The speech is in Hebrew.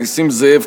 נסים זאב,